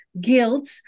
guilt